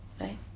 Right